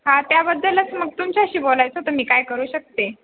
हा त्याबद्दलच मग तुमच्याशी बोलायचं तर मी काय करू शकते